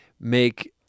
make